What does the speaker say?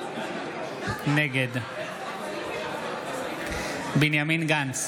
נגד בנימין גנץ,